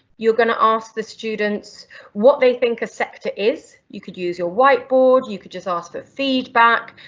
you're going to ask the students what they think a sector is, you could use your whiteboard, you could just ask for feedback,